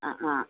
ஆ ஆ